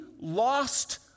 lost